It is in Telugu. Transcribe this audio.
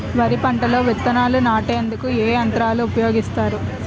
వరి పంటలో విత్తనాలు నాటేందుకు ఏ యంత్రాలు ఉపయోగిస్తారు?